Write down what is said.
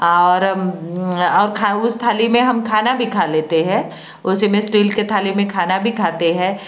और उस थाली मे हम खाना भी खा लेते है उसी में स्टील की थाली मे खाना भी खाते हैं